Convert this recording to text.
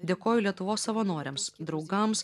dėkoju lietuvos savanoriams draugams